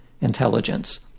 intelligence